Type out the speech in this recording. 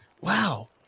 Wow